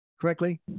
correctly